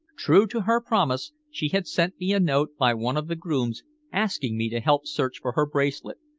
true to her promise, she had sent me a note by one of the grooms asking me to help search for her bracelet,